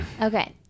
Okay